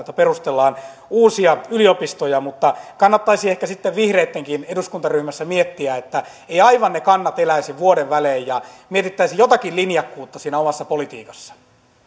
että perustellaan uusia yliopistoja mutta kannattaisi ehkä vihreittenkin eduskuntaryhmässä miettiä että ne kannat eivät eläisi aivan vuoden välein ja mietittäisiin jotakin linjakkuutta siinä omassa politiikassa